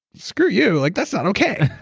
screw you. like that's not okay.